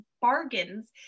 bargains